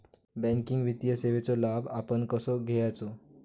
Banking वित्तीय सेवाचो लाभ आपण कसो घेयाचो?